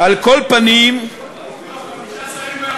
חמישה שרים,